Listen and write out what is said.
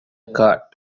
cart